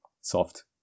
soft